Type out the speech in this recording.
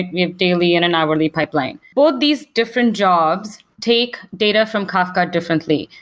we have daily and an hourly pipeline. both these different jobs take data from kafka differently.